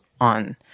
on